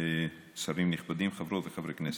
שרים נכבדים, חברות וחברי כנסת,